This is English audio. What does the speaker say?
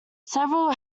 several